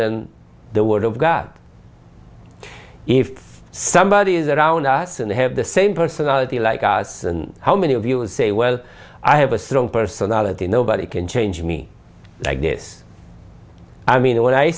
than the word of god if somebody is around us and they have the same personality like us and how many of us say well i have a strong personality nobody can change me like this i mean when i